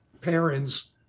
parents